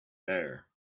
there